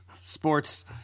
sports